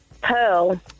Pearl